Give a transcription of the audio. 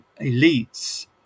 elites